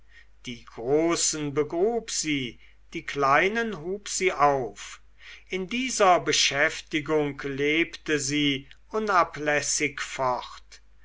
die großen begrub sie die kleinen hub sie auf in dieser beschäftigung lebte sie unablässig fort